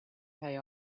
pay